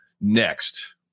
next